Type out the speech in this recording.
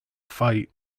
fight